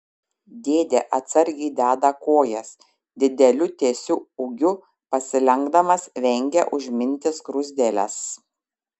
dėdė atsargiai deda kojas dideliu tiesiu ūgiu pasilenkdamas vengia užminti skruzdėles